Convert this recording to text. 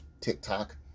TikTok